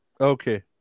Okay